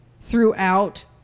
throughout